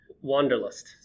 Wanderlust